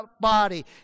body